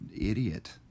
idiot